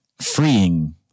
freeing